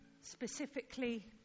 specifically